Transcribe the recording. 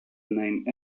name